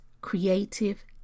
creative